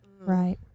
Right